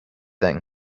thing